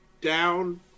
down